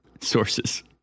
sources